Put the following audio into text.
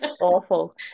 awful